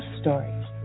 Stories